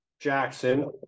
Jackson